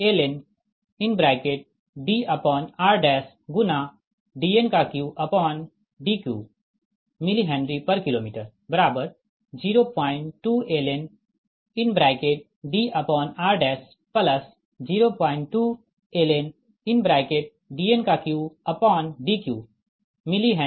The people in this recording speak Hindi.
तोL002 ln DrDn3D3 mHKm02 ln Dr 02 ln Dn3D3 mHKm